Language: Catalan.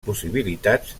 possibilitats